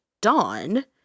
Dawn